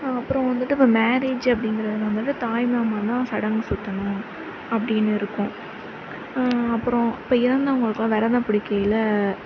அப்புறம் வந்துட்டு இப்போ மேரேஜ் அப்படிங்கிறது வந்துட்டு தாய் மாமா தான் சடங்கு சுற்றணும் அப்படின்னு இருக்கும் அப்புறம் இப்போ இறந்தவங்களுக்குலாம் விரதம் பிடிக்கையில்